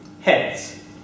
heads